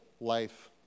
life